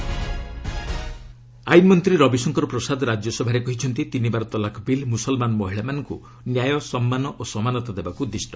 RS triple ତଲାକ୍ ଆଇନ୍ ମନ୍ତ୍ରୀ ରବିଶଙ୍କର ପ୍ରସାଦ ରାଜ୍ୟସଭାରେ କହିଛନ୍ତି ତିନିବାର ତଲାକ୍ ବିଲ୍ ମୁସଲମାନ ମହିଳାମାନଙ୍କୁ ନ୍ୟାୟ ସମ୍ମାନ ଓ ସମାନତା ଦେବାକୁ ଉଦ୍ଦିଷ୍ଟ